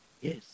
Yes